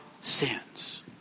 sins